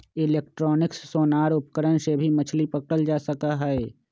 electronic sonar उपकरण से भी मछली पकड़ल जा सका हई